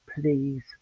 Please